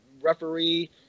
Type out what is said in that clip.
referee